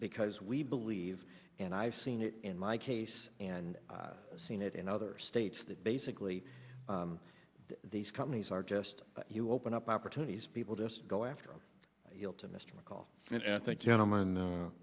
because we believe and i've seen it in my case and seen it in other states that basically these companies are just you open up opportunities people just go after them to mr mccall and i think gentleman